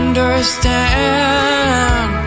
Understand